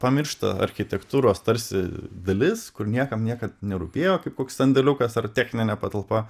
pamiršta architektūros tarsi dalis kur niekam niekad nerūpėjo kaip koks sandėliukas ar techninė patalpa